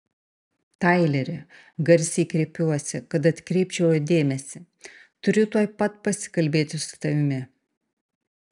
taileri garsiai kreipiuosi kad atkreipčiau jo dėmesį turiu tuoj pat pasikalbėti su tavimi